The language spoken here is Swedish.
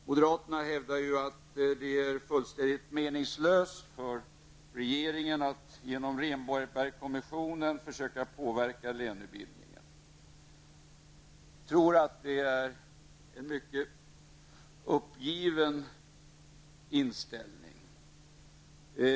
Moderaterna hävdar att det är fullständigt meningslöst för regeringen att försöka påverka lönebildningen genom Rehnbergkommissionen. Jag tycker att detta är en mycket uppgiven inställning.